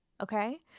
Okay